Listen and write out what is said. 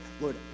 Lord